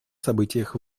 событиях